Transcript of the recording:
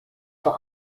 für